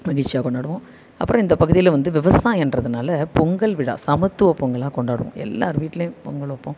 மகிழ்ச்சியாக கொண்டாடுவோம் அப்புறம் இந்த பகுதியில் வந்து விவசாயங்றதுனால பொங்கல் விழா சமத்துவப் பொங்கலாக கொண்டாடுவோம் எல்லார் வீட்லேயும் பொங்கல் வைப்போம்